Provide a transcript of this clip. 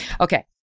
Okay